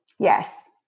Yes